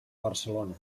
barcelona